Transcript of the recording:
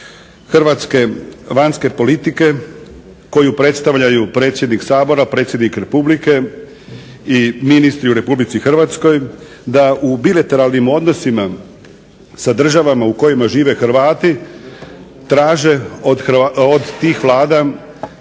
Hrvatske vanjske politike koju predstavljaju predsjednik Sabora, Predsjednik Republike i ministri u Republici Hrvatskoj, da u bilateralnim odnosima sa državama u kojima žive Hrvati traže od tih Vlada